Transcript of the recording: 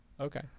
Okay